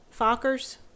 Fockers